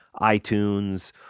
itunes